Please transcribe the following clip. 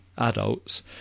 adults